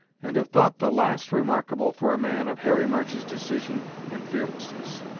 and have thought the last remarkable for a man of harry march's decision and fearlessness.